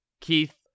Keith